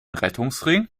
rettungsring